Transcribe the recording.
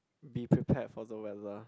be prepared for the weather